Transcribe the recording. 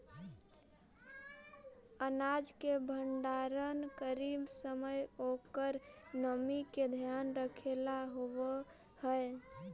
अनाज के भण्डारण करीत समय ओकर नमी के ध्यान रखेला होवऽ हई